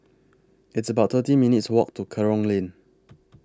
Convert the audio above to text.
It's about thirty minutes' Walk to Kerong Lane